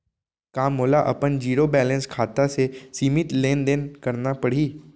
का मोला अपन जीरो बैलेंस खाता से सीमित लेनदेन करना पड़हि?